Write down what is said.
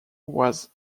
was